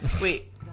Wait